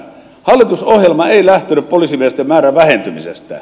hallitusohjelma ei lähtenyt poliisimiesten määrän vähentymisestä